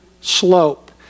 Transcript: slope